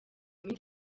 minsi